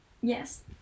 Yes